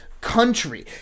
Country